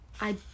I